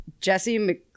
jesse